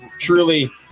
truly